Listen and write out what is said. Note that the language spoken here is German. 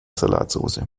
salatsoße